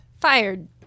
Fired